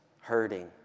hurting